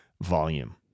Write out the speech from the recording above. volume